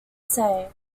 say